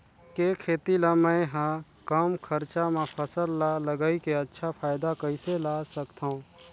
के खेती ला मै ह कम खरचा मा फसल ला लगई के अच्छा फायदा कइसे ला सकथव?